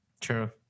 True